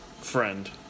friend